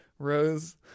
Rose